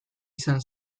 izan